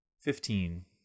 Fifteen